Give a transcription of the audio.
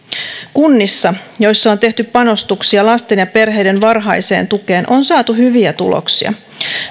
kunnissa joissa on tehty panostuksia lasten ja perheiden varhaiseen tukeen on saatu hyviä tuloksia